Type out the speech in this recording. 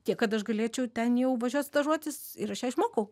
tiek kad aš galėčiau ten jau važiuot stažuotis ir aš ją išmokau